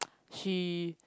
she